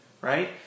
right